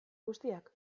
guztiak